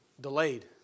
delayed